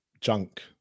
junk